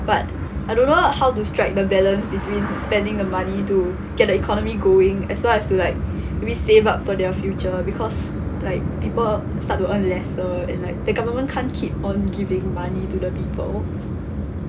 but I don't know how to strike the balance between spending the money to get the economy going as well as to like maybe save up for their future because like people start to earn lesser and like the government can't keep on giving money to the people